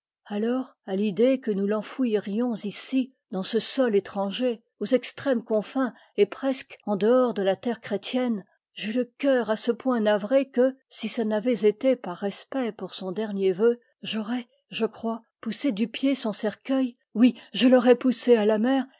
alors à l'idée que nous l'enfouirions ici dans ce sol étranger aux extrêmes confins et presque en dehors de la terre chrétienne j'eus le cœur à ce point navré que si ce n avait été par respect pour son dernier vœu j aurais je crois poussé du pied son cercueil oui je l'aurais poussé à la mer